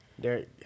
Derek